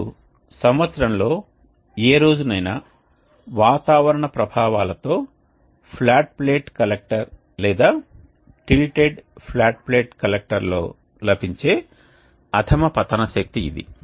ఇప్పుడు సంవత్సరంలో ఏ రోజునైనా వాతావరణ ప్రభావాలతో ఫ్లాట్ ప్లేట్ కలెక్టర్ లేదా టిల్టెడ్ ఫ్లాట్ ప్లేట్ కలెక్టర్లో లభించే అధమ పతన శక్తి ఇది